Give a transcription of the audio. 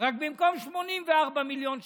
רק שבמקום 84 מיליון שקל,